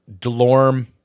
Delorme